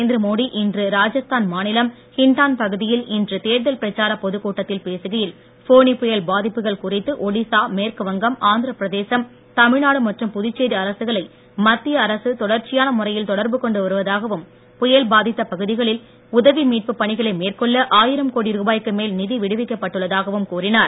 நரேந்திர மோடி இன்று ரஜஸ்தான் மாநிலம் ஹின்டான் பகுதியில் இன்று தேர்தல் பிரச்சாரப் பொதுக் கூட்டத்தில் பேசுகையில் ஃபானி புயல் பாதிப்புகள் குறித்து ஒடிஸா மேற்கு வங்கம் ஆந்திரப்பிரதேசம் தமிழ்நாடு மற்றும் புதுச்சேரி அரசுகளை மத்திய அரசு தொடற்சியான முறையில் தொடர்புகொண்டு வருவதாகவும் புயல் பாதித்த பகுதிகளில் உதவி மீட்புப் பணிகளை மேற்கொள்ள ஆயிரம் கோடி ருபாய்க்கு மேல் நிதி விடுவிக்கப் பட்டுள்ளதாகவும் கூறினார்